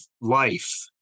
life